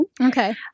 Okay